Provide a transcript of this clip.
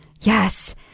yes